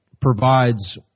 provides